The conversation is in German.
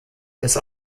ist